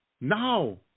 No